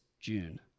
June